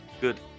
Good